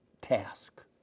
task